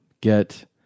get